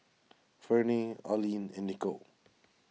Ferne Alleen and Nicole